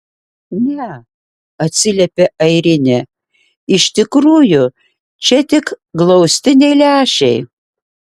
ne atsiliepia airinė iš tikrųjų čia tik glaustiniai lęšiai